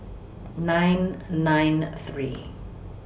nine nine three